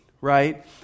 right